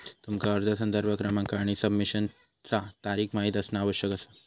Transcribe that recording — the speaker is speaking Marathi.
तुमका अर्ज संदर्भ क्रमांक आणि सबमिशनचा तारीख माहित असणा आवश्यक असा